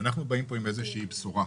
אנחנו באים לפה עם איזו שהיא בשורה.